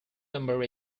number